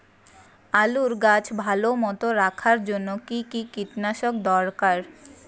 আলুর গাছ ভালো মতো রাখার জন্য কী কী কীটনাশক দরকার?